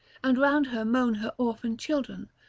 and round her moan her orphan children,